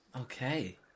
okay